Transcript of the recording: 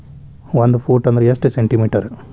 ಒಂದು ಫೂಟ್ ಅಂದ್ರ ಎಷ್ಟು ಸೆಂಟಿ ಮೇಟರ್?